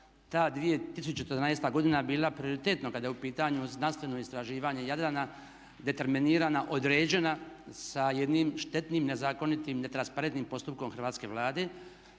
ta 2014.godina bila prioritetna kada je u pitanju znanstveno istraživanje Jadrana, determinirana, određena sa jednim štetnim nezakonitim, ne transparentnim postupkom Hrvatske vlade